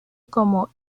como